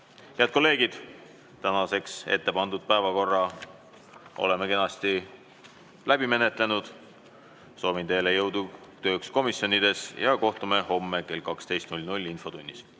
kolleegid! Tänaseks ette pandud päevakorra oleme kenasti läbi menetlenud. Soovin teile jõudu tööks komisjonides. Kohtume homme kell 12 infotunnis.